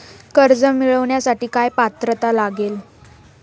कर्ज मिळवण्यासाठी काय पात्रता लागेल?